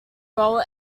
role